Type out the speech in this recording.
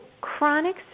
chronic